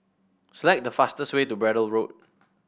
select the fastest way to Braddell Road